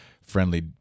friendly